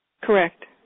correct